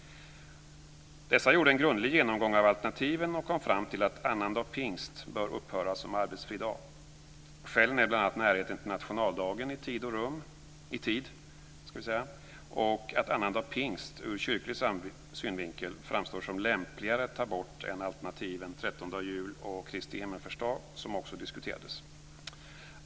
Dessa gjorde en grundlig genomgång av alternativen och kom fram till att annandag pingst bör upphöra som arbetsfri dag. Skälen är bl.a. närheten till nationaldagen i tid och att annandag pingst ur kyrklig synvinkel framstår som lämpligare att ta bort än alternativen trettondag jul och Kristi himmelsfärdsdag, som också diskuterades.